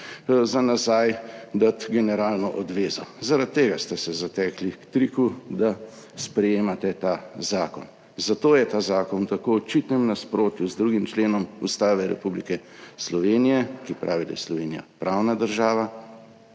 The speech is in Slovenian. za nazaj dati generalno odvezo. Zaradi tega ste se zatekli k triku, da sprejemate ta zakon. Zato je ta zakon v tako očitnem nasprotju z 2. členom Ustave Republike Slovenije, ki pravi, da je Slovenija pravna država,